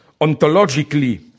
ontologically